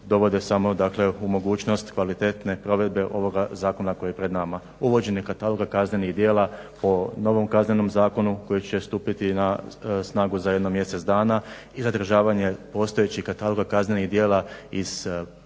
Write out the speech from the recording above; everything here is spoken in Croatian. dovode samo dakle u mogućnost kvalitetne provedbe ovoga zakona koji je pred nama. Uvođenje kataloga kaznenih djela po novom Kaznenom zakonu koji će stupiti na snagu za jedno mjesec dana i zadržavanje postojećih kataloga kaznenih djela iz sada